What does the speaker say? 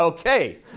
Okay